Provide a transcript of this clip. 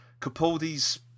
Capaldi's